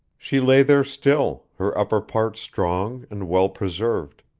she lay there still, her upper parts strong and well preserved.